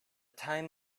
time